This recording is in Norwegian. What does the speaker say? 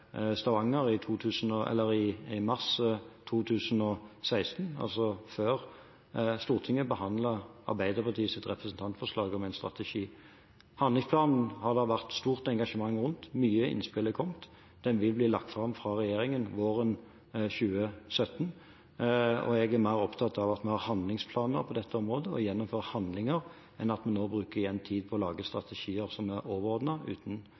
mars 2016, altså før Stortinget behandlet Arbeiderpartiets representantforslag om en strategi. Handlingsplanen har vakt stort engasjement – mange innspill har kommet – og regjeringen vil legge den fram våren 2017. Jeg er mer opptatt av at vi har handlingsplaner på dette området, at vi gjennomfører handlinger, enn at vi nå igjen bruker tid på å lage strategier som er overordnete, uten